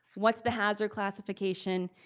what's the hazard classification?